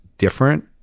different